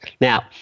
Now